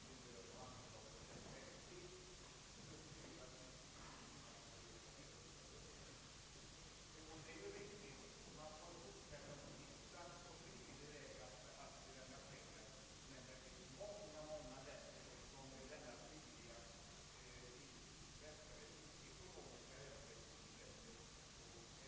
Herr talman!